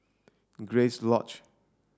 Grace Lodge